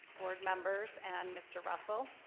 board members, and mr. russell.